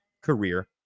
career